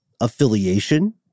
affiliation